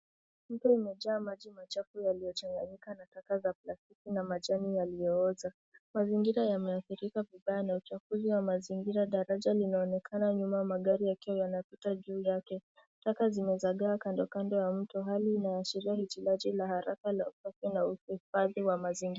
Mto umejaa maji machafu yaliyochanganyika na taka za plastiki na majani yaliyooza. Mazingira yameathirika vibaya na uchafuzi wa mazingira. Daraja linaonekana nyuma magari yakiwa yanapita juu yake. Taka zimezagaa kando ya mto. Hali inaashiria uhitaji wa haraka wa usafi na uhifadhi wa mazingira.